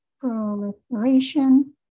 proliferation